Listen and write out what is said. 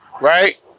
right